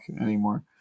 anymore